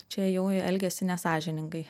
čia jau elgiasi nesąžiningai